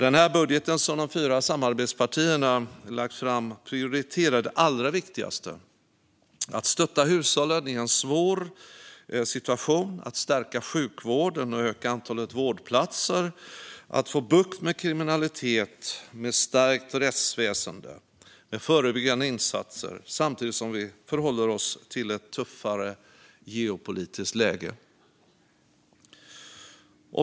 Den budget som de fyra samarbetspartierna har lagt fram prioriterar det allra viktigaste, nämligen att stötta hushållen i en svår situation, att stärka sjukvården och öka antalet vårdplatser och att få bukt med kriminaliteten med ett stärkt rättsväsen och förebyggande insatser samtidigt som vi förhåller oss till ett tuffare geopolitiskt läge.